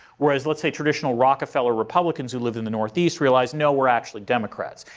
whereas, let's say, traditional rockefeller republicans who live in the northeast realized, no, we're actually democrats.